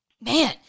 Man